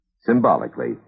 Symbolically